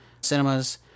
Cinemas